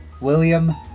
William